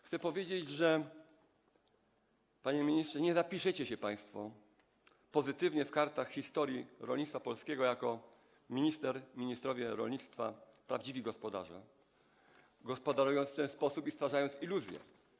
Chcę powiedzieć, panie ministrze, że nie zapiszecie się państwo pozytywnie na kartach historii rolnictwa polskiego, pan jako minister, ministrowie rolnictwa, prawdziwi gospodarze, gospodarując w ten sposób i stwarzając iluzje.